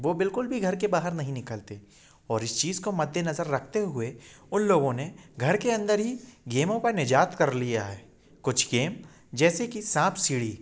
वो बिल्कुल भी घर के बाहर नहीं निकलते और इस चीज़ काे मद्देनज़र रखते हुए उन लोगों ने घर के अंदर ही गेमों का निजात कर लिया है कुछ गेम जैसे कि सांप सीढ़ी